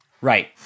Right